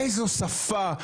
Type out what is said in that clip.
איזו שפה.